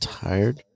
tired